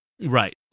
right